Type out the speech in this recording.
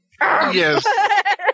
Yes